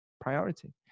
priority